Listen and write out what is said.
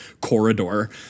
corridor